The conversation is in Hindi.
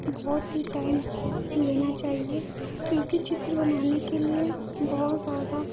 बहुत ही टाइम लेना चाहिए क्योंकि चित्र बनाने के लिए बहुत ज़्यादा